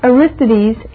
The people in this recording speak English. Aristides